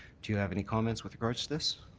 do you have any comments with regards to this?